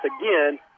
again